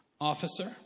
Officer